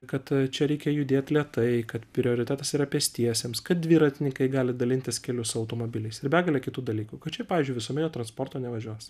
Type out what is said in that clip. kad čia reikia judėt lėtai kad prioritetas yra pėstiesiems kad dviratininkai gali dalintis keliu su automobiliais ir begalė kitų dalykų kad čia pavyzdžiui visuomeninio transporto nevažiuos